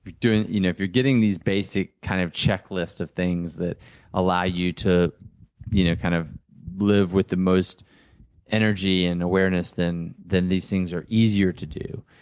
you know if you're getting these basic kind of checklist of things that allow you to you know kind of live with the most energy and awareness, then then these things are easier to do.